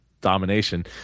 domination